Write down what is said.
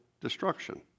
destruction